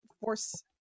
force